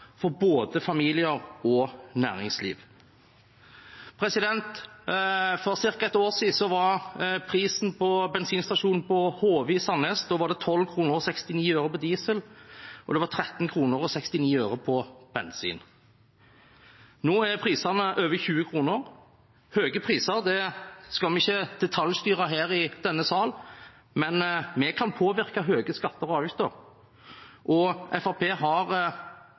for både familier og næringsliv. For ca. et år siden var prisen på bensinstasjonen på Hove i Sandnes 12,69 kr for diesel og 13,69 kr for bensin. Nå er prisene over 20 kr. Høye priser skal vi ikke detaljstyre her i denne sal, men vi kan påvirke høye skatter og avgifter. Fremskrittspartiet har i dag foreslått å redusere avgiftene sånn at prisene kunne blitt redusert med 7–8 kr og